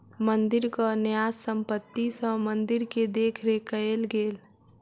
मंदिरक न्यास संपत्ति सॅ मंदिर के देख रेख कएल गेल